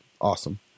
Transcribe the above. awesome